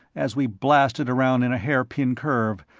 as we blasted around in a hairpin curve,